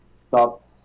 stopped